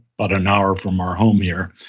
but an hour from our home here,